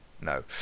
No